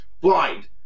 blind